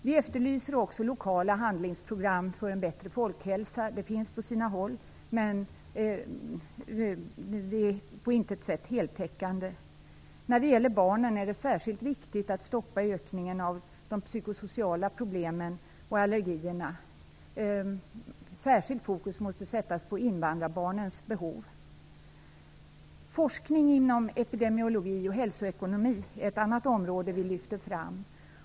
Vi efterlyser också lokala handlingsprogram för en bättre folkhälsa. Det finns sådana på sina håll, men det är på intet sätt heltäckande. När det gäller barnen är det särskilt viktigt att stoppa ökningen av de psyko-sociala problemen och av allergierna. Särskilt invandrarbarnens behov måste sättas i fokus. Forskning inom epidemiologi och hälsoekonomi är ett annat område som vi lyfter fram.